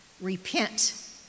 Repent